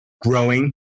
growing